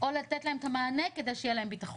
או לתת להם את המענה כדי שיהיה להם בטחון.